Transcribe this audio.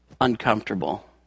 uncomfortable